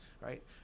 right